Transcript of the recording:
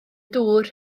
dŵr